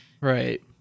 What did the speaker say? Right